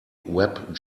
web